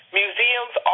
museums